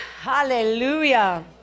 Hallelujah